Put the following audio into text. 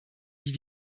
die